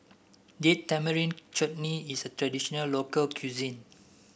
Date Tamarind Chutney is a traditional local cuisine